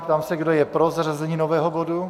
Ptám se, kdo je pro zařazení nového bodu.